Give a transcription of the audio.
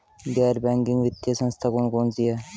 गैर बैंकिंग वित्तीय संस्था कौन कौन सी हैं?